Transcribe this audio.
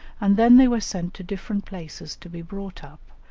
and then they were sent to different places to be brought up,